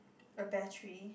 a battery